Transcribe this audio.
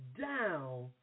down